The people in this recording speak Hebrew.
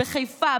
בחיפה,